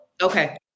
Okay